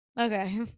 okay